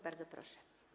Bardzo proszę.